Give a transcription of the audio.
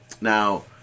Now